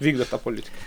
vykdo tą politiką